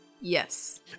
Yes